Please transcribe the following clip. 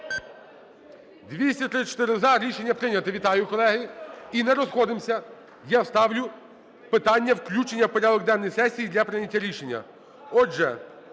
За-234 Рішення прийнято. Вітаю, колеги. І не розходимося. Я ставлю питання включення у порядок денний сесії для прийняття рішення.